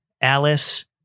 Alice